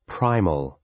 Primal